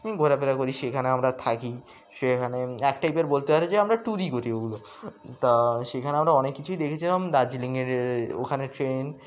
ঘোরাফেরা করি সেখানে আমরা থাকি সেখানে এক টাইপের বলতে হয়ে যে আমরা ট্যুরই করি ওগুলো তা সেখানে আমরা অনেক কিছুই দেখেছিলাম দার্জিলিংয়ের ওখানে ট্রেন